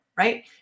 Right